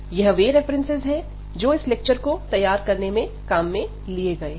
यह वो रेफरेन्सेस हैं जो इस लेक्चर को तैयार करने में काम में लिए गए हैं